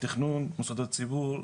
תכנון מוסדות ציבור,